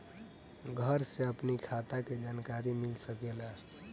घर से अपनी खाता के जानकारी मिल सकेला?